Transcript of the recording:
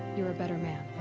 you're a better man.